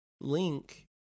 link